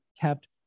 kept